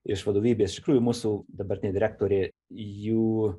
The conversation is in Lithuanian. iš vadovybės iš tikrųjų mūsų dabartinė direktorė jų